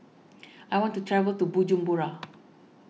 I want to travel to Bujumbura